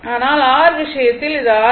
ஆனால் R விஷயத்தில் இது R மட்டுமே